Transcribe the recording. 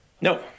No